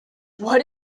what